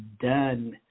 done